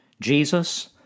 Jesus